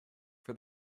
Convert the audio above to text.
for